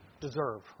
deserve